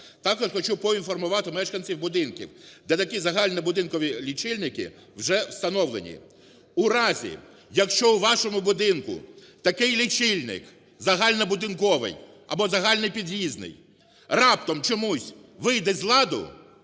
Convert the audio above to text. Також хочу поінформувати мешканців будинків, де такізагальнобудинкові лічильники вже встановлені. У разі, якщо у вашому будинку такий лічильник загальнобудинковий або загальнопід'їздний, раптом чомусь вийде з ладу